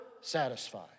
satisfied